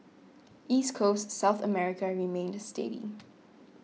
East Coast South America remained steady